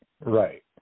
right